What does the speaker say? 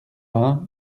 vingt